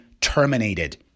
terminated